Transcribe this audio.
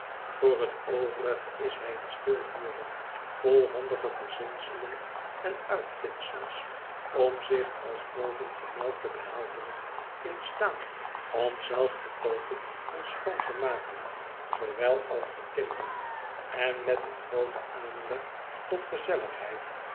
voor het overige is hij een stil huurder vol handige verzinselen en uitvindsels om zich als bovengemeld te behelpen in staat om zelf te koken en schoon te maken zoowel als te timmeren en met een grooten aanleg tot gezelligheid